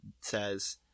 says